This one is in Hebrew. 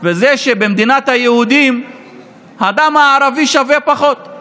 וזה שבמדינת היהודים הדם הערבי שווה פחות.